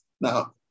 Now